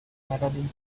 medaling